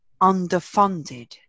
underfunded